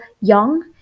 young